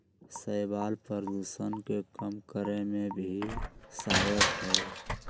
शैवाल प्रदूषण के कम करे में भी सहायक हई